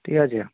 ঠিক আছে